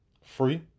free